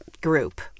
group